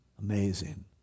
amazing